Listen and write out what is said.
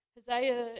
Hosea